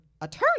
attorney